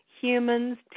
humans